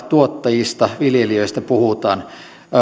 tuottajista viljelijöistä puhutaan